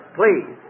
please